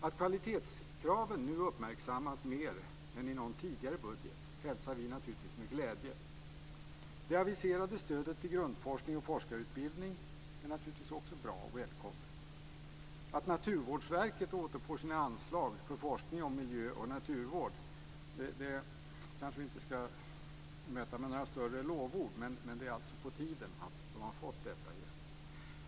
Att kvalitetskraven nu uppmärksammas mer än i någon tidigare budget hälsar vi naturligtvis med glädje. Det aviserade stödet till grundforskning och forskarutbildning är naturligtvis också bra och välkommet. Att Naturvårdsverket återfår sina anslag för forskning om miljö och naturvård kanske vi inte ska möta med några större lovord, men det är alltså på tiden.